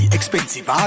Expensive